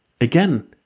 Again